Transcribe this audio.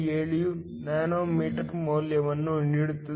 277 nanometre ಮೌಲ್ಯವನ್ನು ನೀಡುತ್ತದೆ